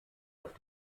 auf